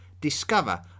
discover